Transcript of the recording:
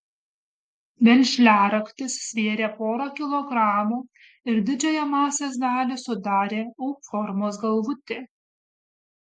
veržliaraktis svėrė porą kilogramų ir didžiąją masės dalį sudarė u formos galvutė